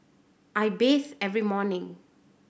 I bathe every morning